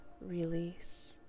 release